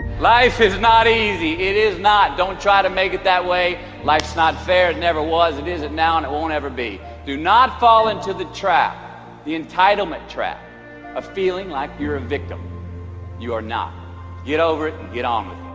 life is not easy. it is not. don't try to make it that way. life's not fair, it never was, it isn't now and it won't ever be. do not fall into the trap the entitlement trap a feeling like you're a victim you are not get over it and get um